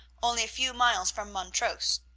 only a few miles from montrose.